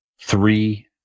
three